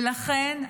ולכן,